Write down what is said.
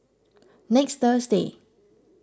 next Thursday